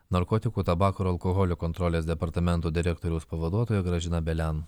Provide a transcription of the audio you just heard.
narkotikų tabako ir alkoholio kontrolės departamento direktoriaus pavaduotoja gražina belen